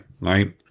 right